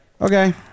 Okay